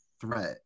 threat